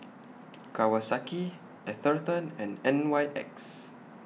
Kawasaki Atherton and N Y X